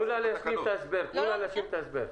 תנו לה להשלים את ההסבר.